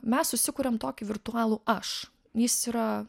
mes susikuriam tokį virtualų aš jis yra